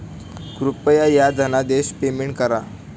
कृपया ह्या धनादेशच पेमेंट करा